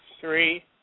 three